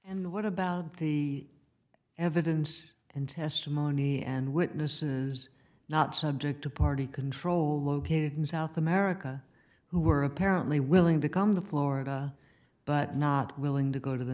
and what about the evidence and testimony and witnesses not subject to party control located in south america who were apparently willing to come to florida but not willing to go to the